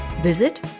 Visit